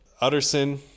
Utterson